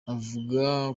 avuga